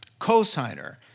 cosigner